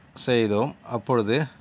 செய்தோம் அப்பொழுது